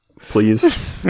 Please